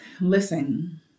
Listen